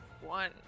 one